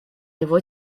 его